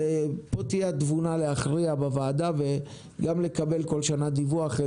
ופה תהיה התבונה להכריע בוועדה וגם לקבל כל שנה דיווח.